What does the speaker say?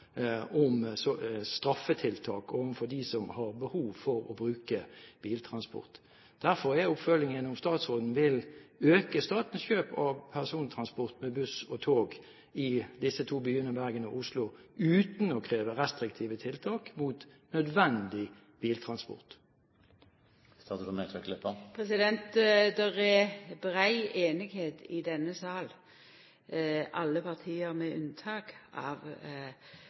straffetiltak overfor dem som har behov for å bruke biltransport. Derfor er mitt oppfølgingsspørsmål: Vil statsråden øke statens kjøp av persontransport med buss og tog i Bergen og Oslo uten å kreve restriktive tiltak for nødvendig biltransport? Det er brei semje i denne salen – alle partia med unntak av